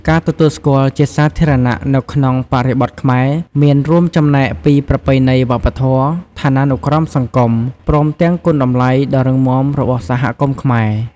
ការទទួលស្គាល់ជាសាធារណៈនៅក្នុងបរិបទខ្មែរ មានរួមចំណែកពីប្រពៃណីវប្បធម៌ ឋានានុក្រមសង្គម ព្រមទាំងគុណតម្លៃដ៏រឹងមាំរបស់សហគមន៍ខ្មែរ។